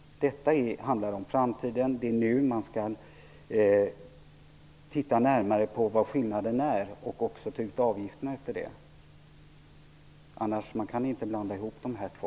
Det handlar om framtiden. Det är nu man skall titta närmare på vilka skillnaderna är och också ta ut avgifterna med hänsyn till det. Man kan inte blanda ihop dessa två.